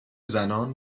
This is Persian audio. زنان